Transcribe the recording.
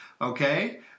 Okay